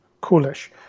coolish